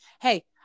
hey